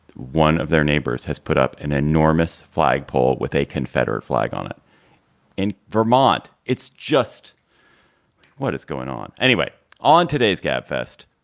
one of their neighbors has put up an enormous flagpole with a confederate flag on it in vermont. vermont. it's just what is going on anyway on today's gabfest.